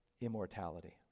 immortality